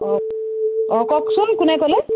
অ অ কওকচোন কোনে ক'লে